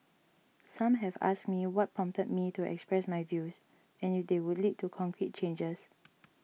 some have asked me what prompted me to express my views and if they would lead to concrete changes